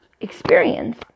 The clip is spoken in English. experience